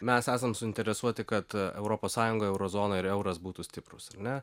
mes esam suinteresuoti kad europos sąjungoj euro zonoj ir euras būtų stiprūs ar ne